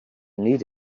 need